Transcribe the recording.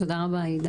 תודה רבה עאידה.